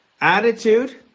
Attitude